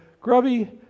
Grubby